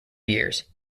years